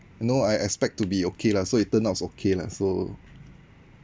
know I expect to be okay lah so it turn out okay lah so